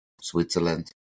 Switzerland